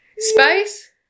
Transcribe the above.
Space